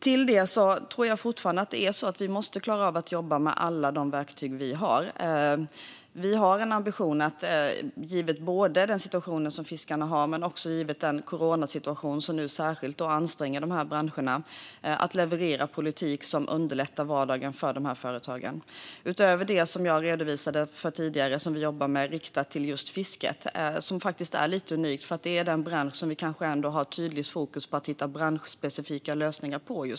Jag tror fortfarande att vi måste klara av att jobba med alla de verktyg som finns. Givet både den situation som råder för fiskarna och den coronasituation som särskilt anstränger branscherna ska vi leverera politik som underlättar vardagen för företagen. Jag redovisade tidigare för insatser riktade mot just fisket, och det är lite unikt. Det är den bransch där det finns ett tydligt fokus att hitta branschspecifika lösningar.